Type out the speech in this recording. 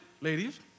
ladies